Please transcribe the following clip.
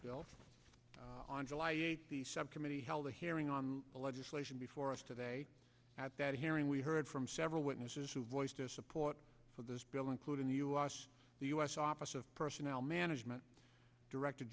bill on july eighth the subcommittee held a hearing on the legislation before us today at that hearing we heard from several witnesses who voiced their support for this bill including the u s the u s office of personnel management direct